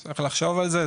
צריך לחשוב על זה,